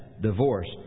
divorce